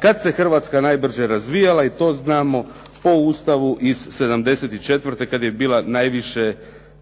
Kada se Hrvatska najbrže razvijala i to znamo po Ustavu iz '74. kada je bila najviše